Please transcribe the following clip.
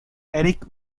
eric